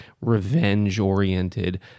revenge-oriented